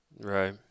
Right